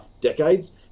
decades